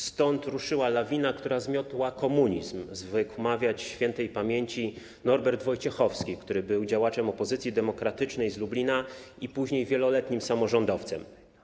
Stąd ruszyła lawina, która zmiotła komunizm - zwykł mawiać śp. Norbert Wojciechowski, który był działaczem opozycji demokratycznej z Lublina i później wieloletnim samorządowcem.